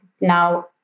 now